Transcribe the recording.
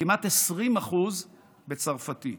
כמעט 20% בצרפתית.